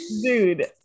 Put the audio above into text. Dude